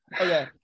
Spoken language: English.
Okay